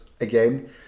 again